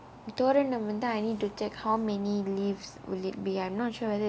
தோரணை வந்து:thoranai vanthu I need to check how many leaves will it be I'm not sure whether